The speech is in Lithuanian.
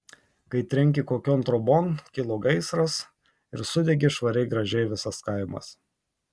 kai trenkė kokion trobon kilo gaisras ir sudegė švariai gražiai visas kaimas